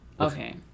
Okay